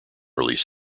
released